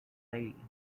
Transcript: lady